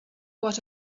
what